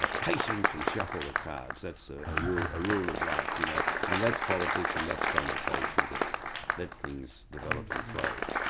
ah patience and shuffle the cards, that's a rule of life, you know. and that's politics, and that's conversation, just let things develop and flow.